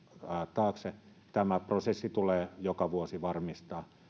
taakse tämä prosessi tulee joka vuosi varmistaa